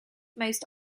most